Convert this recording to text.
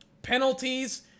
Penalties